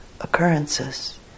occurrences